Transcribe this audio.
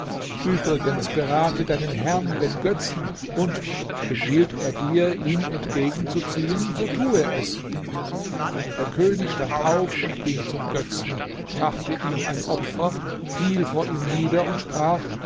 übrigens berate deinen herrn den götzen und befiehlt er dir ihm entgegenzuziehen so tue es der könig stand auf und ging zum götzen brachte ihm ein opfer fiel vor ihm nieder und sprach